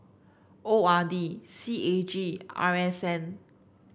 O R D C A G R S N